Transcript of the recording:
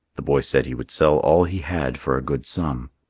the boy said he would sell all he had for a good sum.